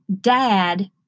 dad